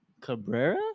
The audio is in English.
Cabrera